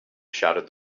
shouted